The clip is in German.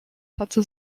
hatte